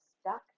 stuck